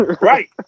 Right